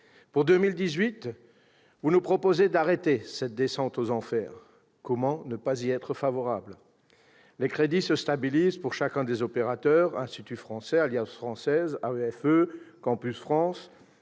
Pour 2018, vous nous proposez d'arrêter cette descente aux enfers. Comment ne pas y être favorable ? Les crédits se stabilisent pour chacun des opérateurs : Institut français, alliances françaises, AEFE, Campus France.